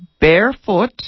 barefoot